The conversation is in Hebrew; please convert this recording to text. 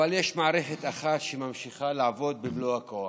אבל יש מערכת אחת שממשיכה לעבוד במלוא הכוח.